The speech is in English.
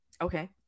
Okay